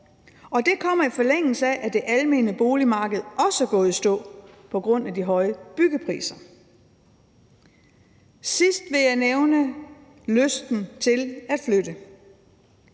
Og det kommer, i forlængelse af at det almene boligmarked også er gået i stå på grund af de høje byggepriser. Kl. 11:41 Til sidst vil jeg nævne lysten til at flytte.